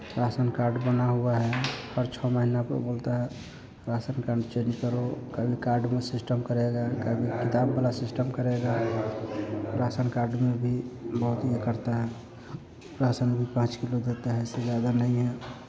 ration card बना हुआ है और छः महिने पर बोलता है राशन कार्ड चेंज करो कभी कार्ड में सिस्टम करेगा कभी किताब वाला सिस्टम करेगा रासन कार्ड में भी बहुत यह करते हैं रासन भी पाँच किलो देते हैं उससे ज़्यादा नहीं है